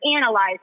analyze